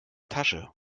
tasche